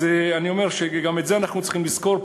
אז אני אומר שגם את זה אנחנו צריכים לזכור.